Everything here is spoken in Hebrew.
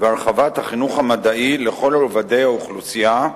והרחבת החינוך המדעי לכל רובדי האוכלוסייה,